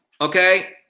Okay